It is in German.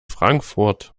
frankfurt